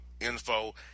info